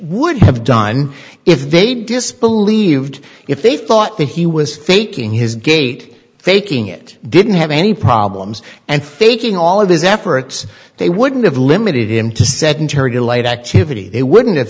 would have done if they'd just believed if they thought that he was faking his gait faking it didn't have any problems and faking all of his efforts they wouldn't have limited him to sedentary delayed activity they wouldn't have